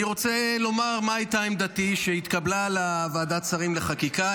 אני רוצה לומר מה הייתה עמדתי שהתקבלה לוועדת שרים לחקיקה.